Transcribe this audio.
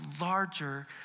larger